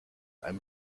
einem